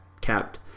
capped